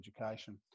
education